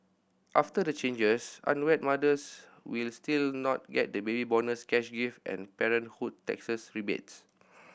after the changes unwed mothers will still not get the Baby Bonus cash gift and parenthood taxes rebates